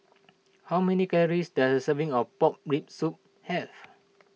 how many calories does a serving of Pork Rib Soup have